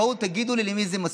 בואו תגידו לי למי זה מספיק.